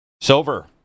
silver